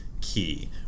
key